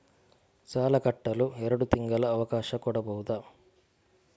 ಸಾಲ ಕಟ್ಟಲು ಎರಡು ತಿಂಗಳ ಅವಕಾಶ ಕೊಡಬಹುದಾ?